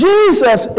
Jesus